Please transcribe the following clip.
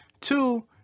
two